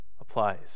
applies